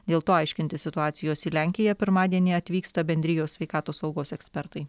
dėl to aiškintis situacijos į lenkiją pirmadienį atvyksta bendrijos sveikatos saugos ekspertai